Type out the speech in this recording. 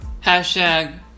Hashtag